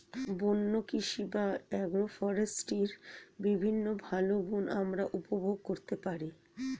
বন্য কৃষি বা অ্যাগ্রো ফরেস্ট্রির বিভিন্ন ভালো গুণ আমরা উপভোগ করতে পারি